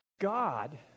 God